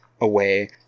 away